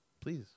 Please